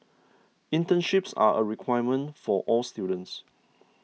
internships are a requirement for all students